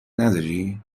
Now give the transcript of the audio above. نداری